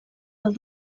del